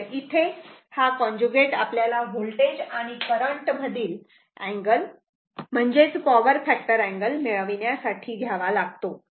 तर इथे हा कॉन्जुगेट आपल्याला वोल्टेज आणि करंट मधील अँगल म्हणजेच पॉवर फॅक्टर अँगल मिळविण्यासाठी घ्यावा लागतो